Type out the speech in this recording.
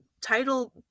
title